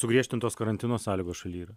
sugriežtintos karantino sąlygos šalyje